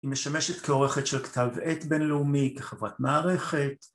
היא משמשת כעורכת של כתב עת בינלאומי, כחברת מערכת